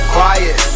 Quiet